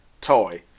toy